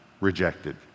Rejected